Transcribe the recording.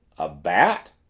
a bat!